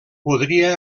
podria